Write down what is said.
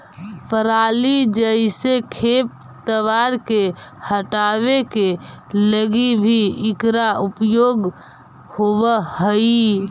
पराली जईसे खेप तवार के हटावे के लगी भी इकरा उपयोग होवऽ हई